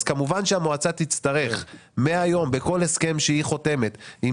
אז כמובן שהמועצה תצטרך מהיום בכל הסכם שהיא חותמת על